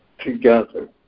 together